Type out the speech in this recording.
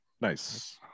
nice